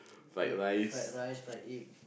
take fried rice fried egg